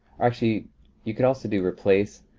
actually you could also do replace,